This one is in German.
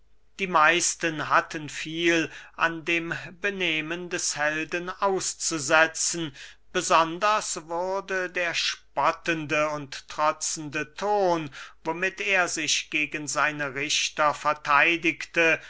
die meisten hatten viel an dem benehmen des helden auszusetzen besonders wurde der spottende und trotzende ton womit er sich gegen seine richter vertheidigte